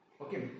Okay